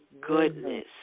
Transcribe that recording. Goodness